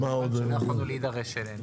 שלא יכולנו להידרש אליהן,